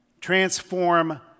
Transform